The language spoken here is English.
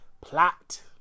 plot